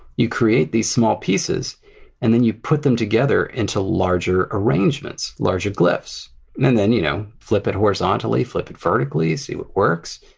you create these small pieces and then you put them together into larger arrangements, larger glyphs and then you know flip it horizontally, flip it vertically, see what works.